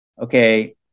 Okay